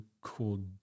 called